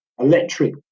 electric